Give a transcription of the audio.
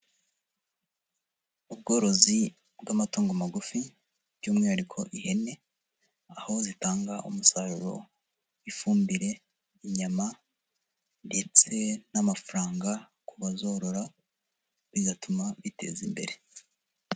Ubworozi bw'amatungo magufi by'umwihariko ihene, aho zitanga umusaruro, ifumbire, inyama ndetse n'amafaranga ku bazorora bigatuma biteza imbere.